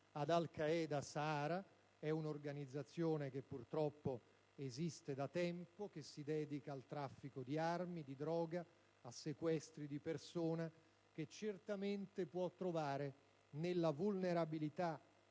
ad Al-Qaeda Sahara (un'organizzazione che purtroppo esiste da tempo e che si dedica al traffico di armi, di droga, a sequestri di persona), che certamente nella vulnerabilità